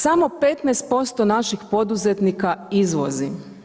Samo 15% naših poduzetnika izvozi.